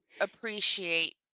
appreciate